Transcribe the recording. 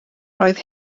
roedd